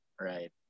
Right